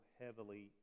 heavily